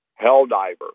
helldiver